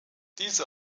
diese